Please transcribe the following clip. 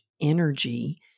energy